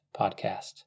podcast